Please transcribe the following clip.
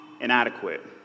inadequate